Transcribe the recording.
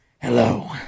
Hello